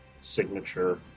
signature